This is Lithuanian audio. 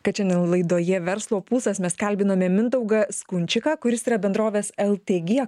kad šiandien laidoje verslo pulsas mes kalbinome mindaugą skunčiką kuris yra bendrovės ltg